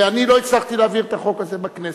ואני לא הצלחתי להעביר את החוק הזה בכנסת.